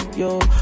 yo